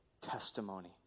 testimony